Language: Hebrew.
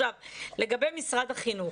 לגבי משרד החינוך,